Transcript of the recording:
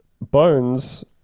Bones